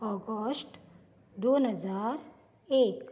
August दोन हजार एक